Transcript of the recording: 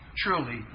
truly